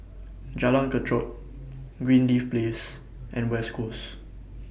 Jalan Kechot Greenleaf Place and West Coast